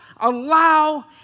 allow